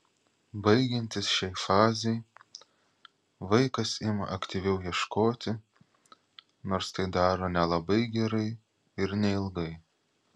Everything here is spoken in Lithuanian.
baigiantis šiai fazei vaikas ima aktyviau ieškoti nors tai daro nelabai gerai ir neilgai